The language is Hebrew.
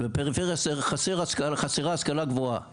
חסרה השכלה גבוהה.